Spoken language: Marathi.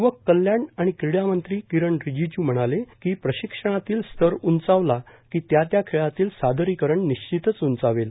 युवक कल्याण आणि क्रीडामंत्री किरण रिजिज् म्हणाले की प्रशिक्षणातील स्तर उंचावलं की त्या त्या खेळातील सादरीकरण निश्चितच उंचावेल